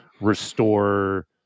restore